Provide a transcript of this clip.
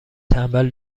تنبل